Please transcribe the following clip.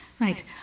right